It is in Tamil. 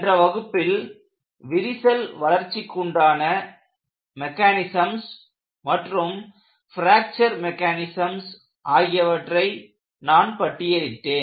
சென்ற வகுப்பில் விரிசல் வளர்ச்சிக்குண்டான மெக்கானிசம்ஸ் மற்றும் பிராக்சர் மெக்கானிசம்ஸ் ஆகியவற்றை நான் பட்டியலிட்டேன்